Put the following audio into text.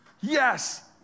Yes